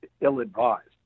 ill-advised